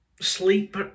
sleep